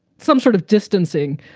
some sort of distancing,